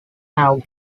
have